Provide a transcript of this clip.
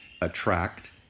Attract